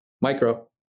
Micro